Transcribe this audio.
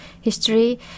history